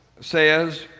says